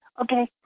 Okay